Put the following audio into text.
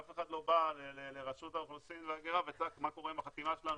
אף אחד לא בא לרשות האוכלוסין וההגירה וצעק 'מה קורה עם החתימה שלנו,